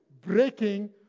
breaking